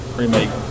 remake